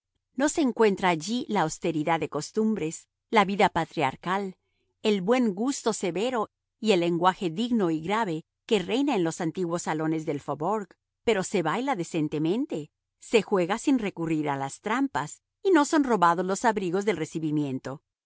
no se encuentra allí la austeridad de costumbres la vida patriarcal el buen gusto severo y el lenguaje digno y grave que reina en los antiguos salones del faubourg pero se baila decentemente se juega sin recurrir a las trampas y no son robados los abrigos del recibimiento